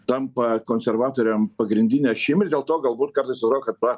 tampa konservatoriam pagrindine ašim ir dėl to galbūt kartais atrodo kad va